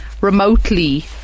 remotely